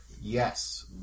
Yes